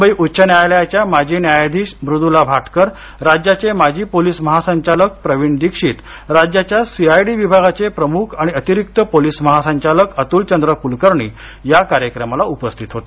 मुंबई उच्च न्यायालयाच्या माजी न्यायाधीश मुदुला भाटकर राज्याचे माजी पोलीस महासंचालक प्रवीण दीक्षित राज्याच्या सीआयडी विभागाचे प्रमुख आणि अतिरिक्त पोलीस महासंचालक अतुलचंद्र कुलकर्णी या कार्यक्रमाला उपस्थित होते